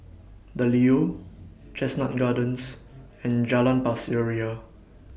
The Leo Chestnut Gardens and Jalan Pasir Ria